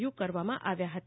you કરવામાં આવ્યા હતા